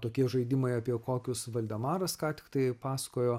tokie žaidimai apie kokius valdemaras ką tik tai pasakojo